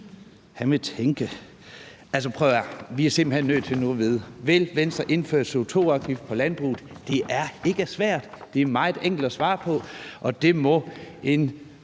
Han vil tænke. Prøv at høre her, vi er simpelt hen nødt til nu at vide: Vil Venstre indføre en CO2-afgift på landbruget? Det er ikke svært, det er meget enkelt at svare på, og det må en,